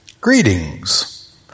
Greetings